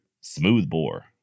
Smoothbore